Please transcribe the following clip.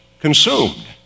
consumed